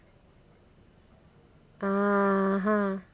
ah ha